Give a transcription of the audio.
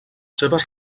seves